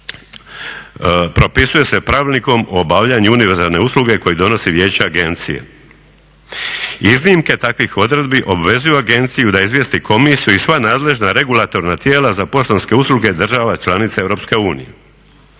propisuje se Pravilnikom o obavljanju univerzalne usluge koji donosi vijeće agencije. Iznimke takvih odredbi obvezuju agenciju da izvijesti komisiju i sva nadležna regulatorna tijela za poštanske usluge država članica EU.